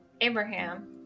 Abraham